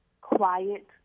quiet